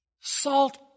salt